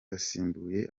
asimbuye